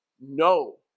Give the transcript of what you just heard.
No